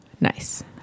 Nice